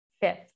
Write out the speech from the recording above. Fifth